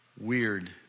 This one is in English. Weird